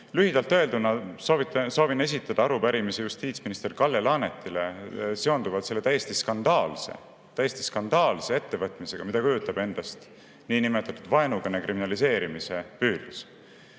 Lühidalt öelduna soovin esitada arupärimise justiitsminister Kalle Laanetile seonduvalt selle täiesti skandaalse – täiesti skandaalse! – ettevõtmisega, mida kujutab endast niinimetatud vaenukõne kriminaliseerimise püüd.